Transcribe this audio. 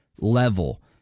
level